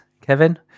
Kevin